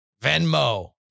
Venmo